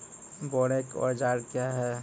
बोरेक औजार क्या हैं?